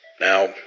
Now